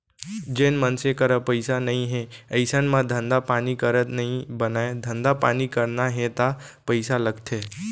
जेन मनसे करा पइसा नइ हे अइसन म धंधा पानी करत नइ बनय धंधा पानी करना हे ता पइसा लगथे